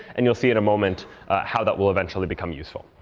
and you'll see in a moment how that will eventually become useful.